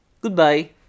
Goodbye